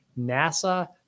NASA